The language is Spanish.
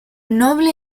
noble